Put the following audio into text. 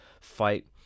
fight